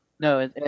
No